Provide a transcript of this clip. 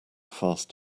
fast